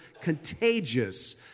contagious